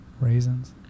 raisins